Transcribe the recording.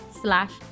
slash